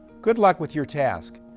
good luck with your task,